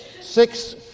six